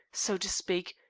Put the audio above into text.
so to speak,